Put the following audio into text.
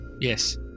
Yes